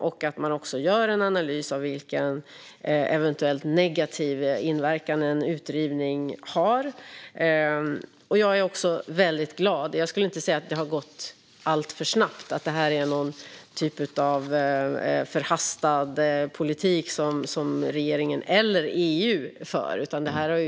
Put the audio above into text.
Jag förutsätter också att man gör en analys av vilken eventuellt negativ inverkan en utrivning har. Jag skulle inte säga att detta har gått alltför snabbt eller att regeringen eller EU för en förhastad politik.